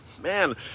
man